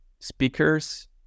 speakers